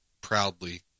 Proudly